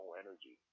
energy